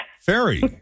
Fairy